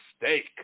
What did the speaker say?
mistake